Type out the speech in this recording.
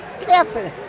careful